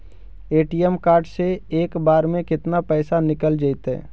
ATM card से एक बार में केतना पैसा निकल जइतै?